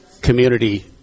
community